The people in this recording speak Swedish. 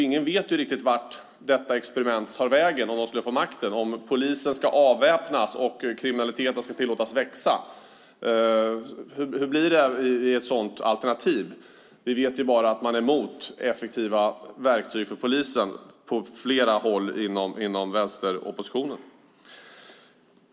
Ingen vet riktigt vart detta experiment tar vägen om de skulle få makten - om polisen ska avväpnas och kriminaliteten ska tillåtas växa. Hur blir det med ett sådant alternativ? Vi vet bara att man är emot effektiva verktyg för polisen på flera håll inom vänsteroppositionen.